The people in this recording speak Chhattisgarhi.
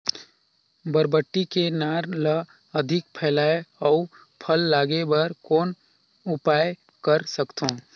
बरबट्टी के नार ल अधिक फैलाय अउ फल लागे बर कौन उपाय कर सकथव?